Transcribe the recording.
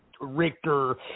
Richter